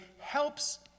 helps